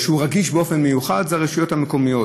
אם יש משהו רגיש באופן מיוחד אלה הרשויות המקומיות.